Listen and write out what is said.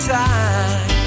time